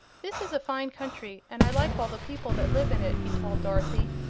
this is a fine country, and i like all the people that live in it, he told dorothy.